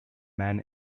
men